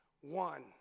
one